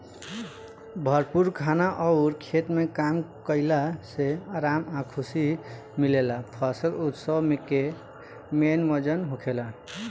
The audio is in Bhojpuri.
भरपूर खाना अउर खेत में काम कईला से आराम आ खुशी मिलेला फसल उत्सव के मेन वजह होखेला